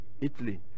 Italy